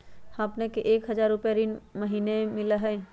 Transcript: हां अपने के एक हजार रु महीने में ऋण मिलहई?